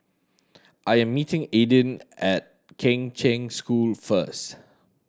I am meeting Aidyn at Kheng Cheng School first